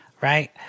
right